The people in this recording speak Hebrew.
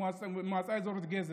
במועצה האזורית גזר.